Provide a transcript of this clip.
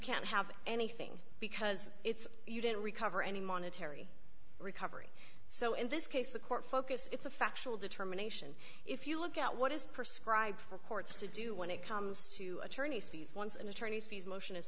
can't have anything because it's you don't recover any monetary recovery so in this case the court focus it's a factual determination if you look at what is prescribe for courts to do when it comes to attorneys fees once and attorneys fees motion is